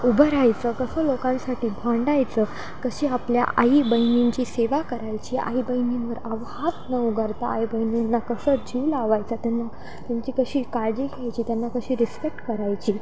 उभ राहायचं कसं लोकांसाठी भांडायचं कशी आपल्या आई बहिणींची सेवा करायची आई बहिणींवर आव त न उघारता आई बहिणींना कसं जीव लावायचा त्यांना त्यांची कशी काळजी घ्यायची त्यांना कशी रिस्पेक्ट करायची